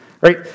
right